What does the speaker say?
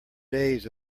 days